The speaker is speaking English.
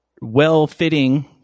well-fitting